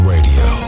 Radio